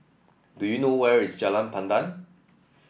do you know where is Jalan Pandan